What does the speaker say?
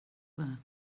were